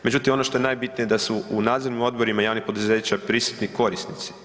Međutim, ono što je najbitnije da su u nadzornim odborima javnih poduzeća prisutni korisnici.